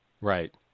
Right